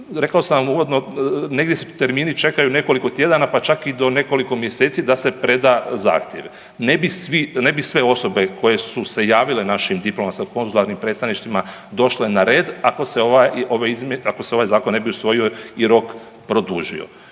rekao sam vam uvodno negdje se termini čekaju nekoliko tjedana, pa čak i do nekoliko mjeseci da se preda zahtjev. Ne bi sve osobe koje su se javile našim diplomatsko konzularnim predsjedništvima došle na red ako se ovaj zakon ne bi usvojio i rok produžio.